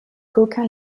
coquins